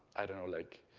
i don't know, like,